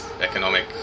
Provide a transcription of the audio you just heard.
economic